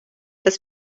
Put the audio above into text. dass